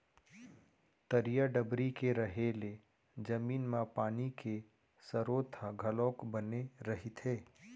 तरिया डबरी के रहें ले जमीन म पानी के सरोत ह घलोक बने रहिथे